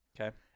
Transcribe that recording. Okay